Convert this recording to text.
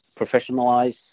professionalize